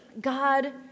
God